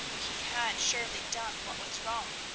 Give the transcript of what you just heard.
he had surely done what was wrong,